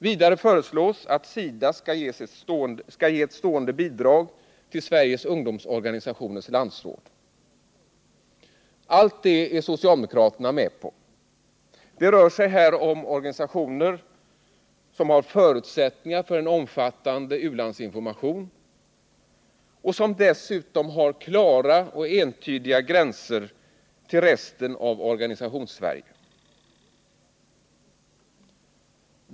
Vidare föreslås att SIDA skall ge ett stående bidrag till Sveriges ungdomsorganisationers landsråd. Allt detta är socialdemokraterna med på. Det rör sig här om organisationer som har förutsättningar för en omfattande u-landsinformation och som dessutom har klara och entydiga gränser till resten av Organisationssverige.